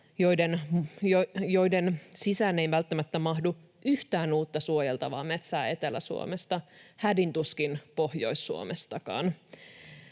joiden sisään ei välttämättä mahdu yhtään uutta suojeltavaa metsää Etelä-Suomesta, hädin tuskin Pohjois-Suomestakaan?